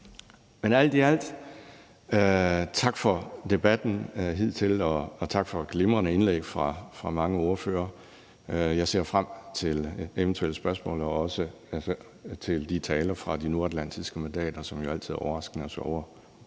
jeg sige tak for debatten og tak for de glimrende indlæg fra mange ordføreres side. Jeg ser frem til eventuelle spørgsmål og også til talerne fra de nordatlantiske mandater, som jo altid er overraskende og sjove